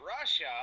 Russia